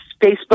facebook